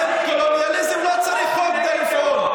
קולוניאליזם לא צריך חוק כדי לפעול.